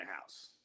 house